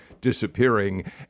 disappearing